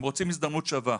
הם רוצים הזדמנות שווה.